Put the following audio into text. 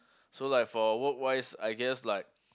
so like for work wise I guessed like